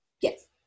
Yes